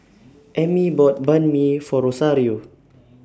Emmy bought Banh MI For Rosario